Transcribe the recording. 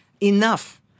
enough